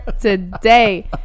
today